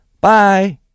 Bye